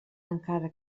encara